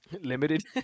limited